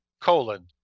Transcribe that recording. colon